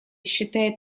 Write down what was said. считает